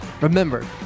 Remember